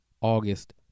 August